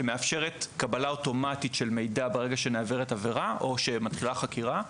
מאפשרת קבלה אוטומטית של מידע ברגע שנעברת עבירה או שמתחילה חקירה.